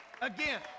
again